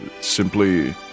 Simply